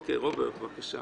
רוברט, בבקשה.